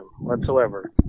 whatsoever